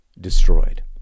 destroyed